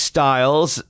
Styles